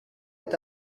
est